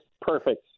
perfect